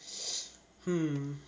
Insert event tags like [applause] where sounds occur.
[breath] hmm